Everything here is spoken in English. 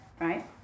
right